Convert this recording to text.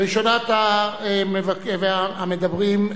ראשונת המדברים,